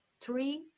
three